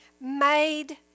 made